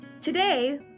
Today